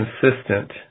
consistent